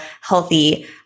healthy